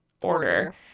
order